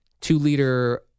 two-liter